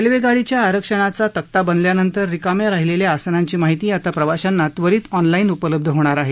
रेल्वेगाडीच्या आरक्षणाच्या तक्ता बनल्यानंतर रिकाम्या राहिलेल्या आसनांची माहिती आता प्रवाशांना त्वरित ऑनलाईन उपलब्ध होणार आहे